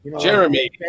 Jeremy